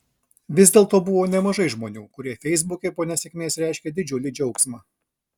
vis dėlto buvo nemažai žmonių kurie feisbuke po nesėkmės reiškė didžiulį džiaugsmą